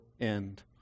end